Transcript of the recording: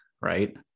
right